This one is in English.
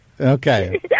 Okay